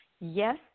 Yes